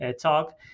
talk